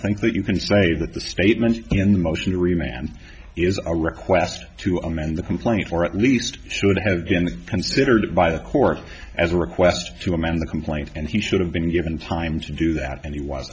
think that you can say that the statement in the motion to remain and is a request to amend the complaint or at least should have been considered by the court as a request to amend the complaint and he should have been given time to do that an